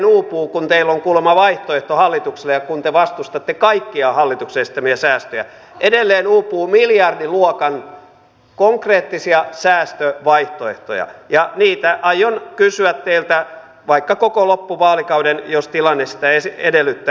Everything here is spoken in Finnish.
kun teillä on kuulemma vaihtoehto hallitukselle ja kun te vastustatte kaikkia hallituksen esittämiä säästöjä niin edelleen uupuu miljardiluokan konkreettisia säästövaihtoehtoja ja niitä aion kysyä teiltä vaikka koko loppuvaalikauden jos tilanne sitä edellyttää